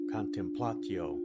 contemplatio